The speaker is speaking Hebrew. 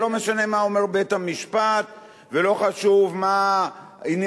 ולא משנה מה אומר בית-המשפט ולא חשוב מה עניין